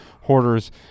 hoarders